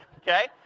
okay